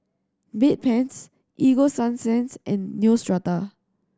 Bedpans Ego Sunsense and Neostrata